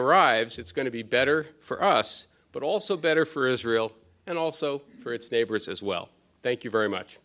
arrives it's going to be better for us but also better for israel and also for its neighbors as well thank you very much